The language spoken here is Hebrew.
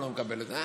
אני לא מקבל את זה.